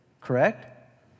correct